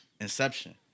Inception